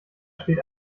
steht